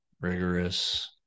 rigorous